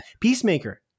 Peacemaker